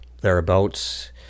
thereabouts